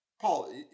Paul